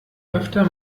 öfter